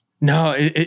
No